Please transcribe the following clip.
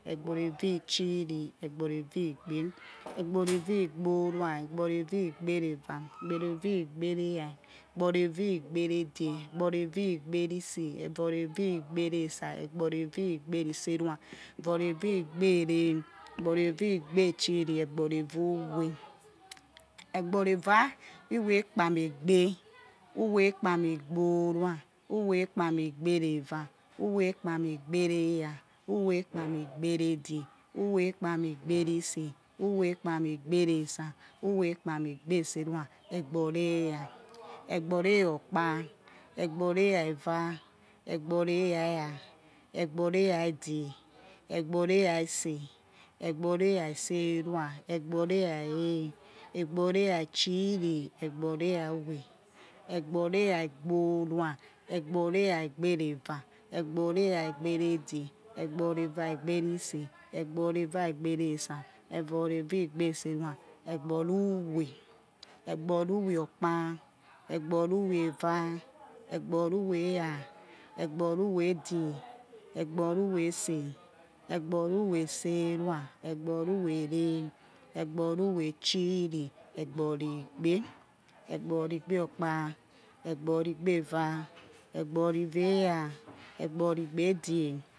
Egbori eva̱ itchiri, egbori eva̱ igbe̱, egbori eva igborua, egbori eva igbe eva, egbori eva igbe era, egbori eva igbe edge, egbori eva igbe ise̱, egbori eva igbe esa̱, egbori eva igbe iserua, egbori eva igbe ere, egbori eva igbe itchiri, egbori eva uwe, egbori eva uwe ikpami igbe̱, uwe ikpami ugorua̱, uwe̱ ikpami igber eva, uwe ikpami igbere era, uwe̱ ikpami igbere edge̱, uwe̱ ikpami igberi ise̱, uwe̱ ikpami igbere esa̱, uwe̱ ikpami igbe isersua, egbori era, egbori era okpa, egbori era eva, egbori era era, egbori era edge, egbori era ise̱, egbori era iserua, egbori era ere, egbori era itchiri, egbori era̱ u̱we, egbori era igborua, egbori era igbe eva, egbori era igbe edge, egbori era igbe ri ise, egbori era igbe ri esa̱, egbori eva igbe serua, egboru uwe, egboru uwe okpa, egboru uwe eva, egboru uwe era, egboru uwe edge, egboru uwe ise̱, egboru uwe iserua, egboru uwe ere̱, egboru̱ uwe itchiri, egbori igbe, egbori igbe okpa, egbori igbe eva, egbori eva era, egbori igbe edge